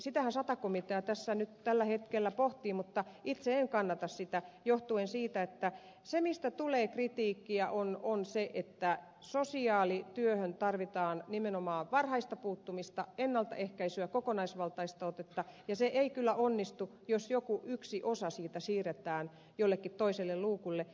sitähän sata komitea tällä hetkellä pohtii mutta itse en kannata sitä johtuen siitä että se mistä tulee kritiikkiä on se että sosiaalityöhön tarvitaan nimenomaan varhaista puuttumista ennaltaehkäisyä kokonaisvaltaista otetta ja se ei kyllä onnistu jos yksi osa siitä siirretään jollekin toiselle luukulle